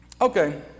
Okay